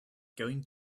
going